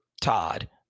Todd –